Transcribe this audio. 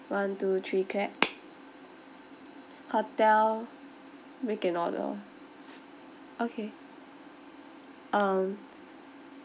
one two three clap hotel make an order okay um